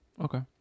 Okay